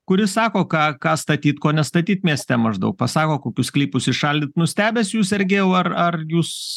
kuri sako ką ką statyt ko nestatyt mieste maždaug pasako kokius sklypus įšaldyt nustebęs jūs sergėjau ar ar jūs